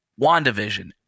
WandaVision